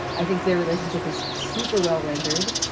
i think their relationship is super well rendered.